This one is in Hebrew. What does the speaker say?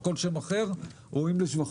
הוא כמובן ראוי לשבחים.